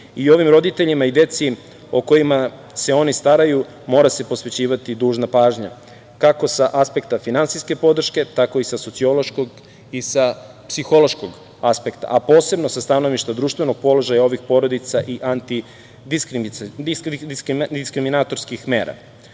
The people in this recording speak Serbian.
i ovim roditeljima i deci o kojima se oni staraju mora se posvećivati dužna pažnja, kako sa aspekta finansijske podrške, tako i sa sociološkog i sa psihološkog aspekta, a posebno sa stanovišta društvenog položaja ovih porodica i antidiskriminatorskih